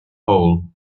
hole